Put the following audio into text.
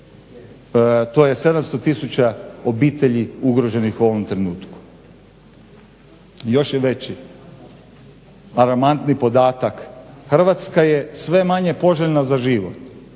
To je 700 tisuća obitelji ugroženih u ovom trenutku, i još je veći haramantni podatak Hrvatska je sve manje poželjna za život.